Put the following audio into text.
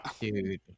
Dude